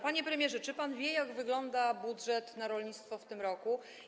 Panie premierze, czy pan wie, jak wygląda budżet na rolnictwo w tym roku?